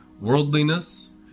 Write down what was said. worldliness